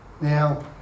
Now